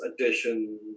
addition